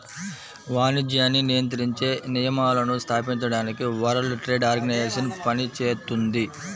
వాణిజ్యాన్ని నియంత్రించే నియమాలను స్థాపించడానికి వరల్డ్ ట్రేడ్ ఆర్గనైజేషన్ పనిచేత్తుంది